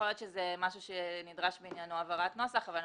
יכול להיות שזה משהו שנדרשת בעניינו הבהרת נוסח אבל אני